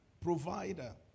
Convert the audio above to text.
provider